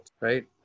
right